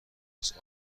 است